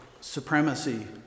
supremacy